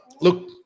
Look